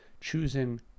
choosing